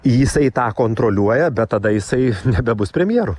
jisai tą kontroliuoja bet tada jisai nebebus premjeru